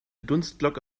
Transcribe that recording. dunstglocke